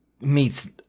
meets